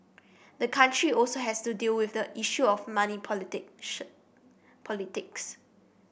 the country also has to deal with the issue of money politic should politics